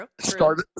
start